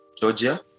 Georgia